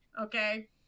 okay